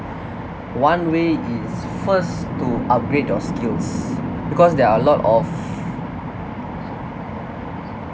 one way is first to upgrade your skills because there are a lot of